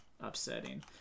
upsetting